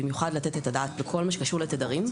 במיוחד לתת את הדעת בכל מה שקשור בתדרים,